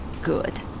good